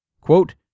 quote